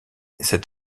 cet